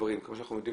כמו המלחמה